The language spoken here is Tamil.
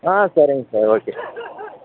ஆ சரிங்க சார் ஓகே